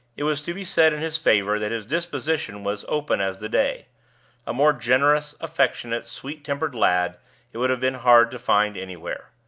it was to be said in his favor that his disposition was open as the day a more generous, affectionate, sweet-tempered lad it would have been hard to find anywhere.